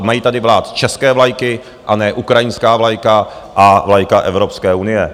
Mají tady vlát české vlajky, a ne ukrajinská vlajka a vlajka Evropské unie.